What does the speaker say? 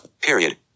Period